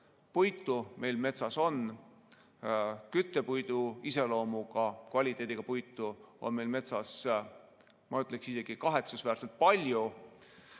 puitu meil metsas on, küttepuidu iseloomu ja kvaliteediga puitu on metsas, ma ütleksin, isegi kahetsusväärselt palju.